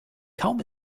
kaum